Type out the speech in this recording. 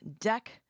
Deck